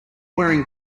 wearing